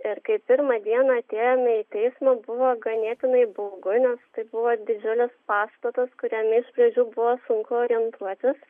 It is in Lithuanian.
ir kai pirmą dieną atėjome į teismas buvo ganėtinai baugu nes tai buvo didžiulis pastatas kuriame iš pradžių buvo sunku orientuotis